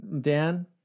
Dan